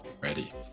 Ready